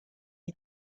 you